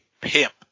pimp